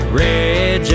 red